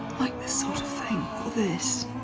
like this sort of thing, or this,